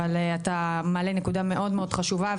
אבל מעלה נקודה מאוד מאוד חשובה,